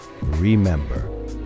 Remember